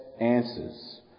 answers